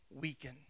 weaken